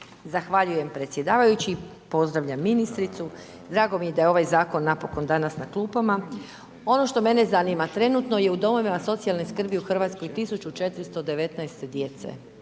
Zahvaljujem predsjedavajući. Pozdravljam ministricu, drago mi je da je ovaj zakon napokon danas na klupama. Ono što mene zanima, trenutno je u domovima socijalne skrbi u Hrvatskoj 1419 djece.